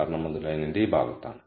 കാരണം അത് ലൈനിന്റെ ഈ ഭാഗത്താണ്